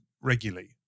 regularly